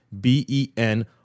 b-e-n